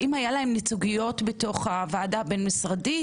האם היה להם ייצוג בתוך הוועדה הבין-משרדית?